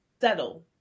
settle